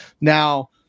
now